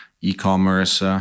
e-commerce